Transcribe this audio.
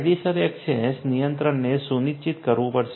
કાયદેસર ઍક્સેસ નિયંત્રણને સુનિશ્ચિત કરવું પડશે